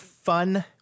fun